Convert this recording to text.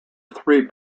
three